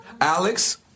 Alex